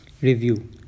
review